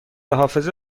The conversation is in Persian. حافظه